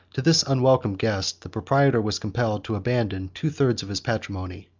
to this unwelcome guest, the proprietor was compelled to abandon two thirds of his patrimony,